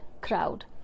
crowd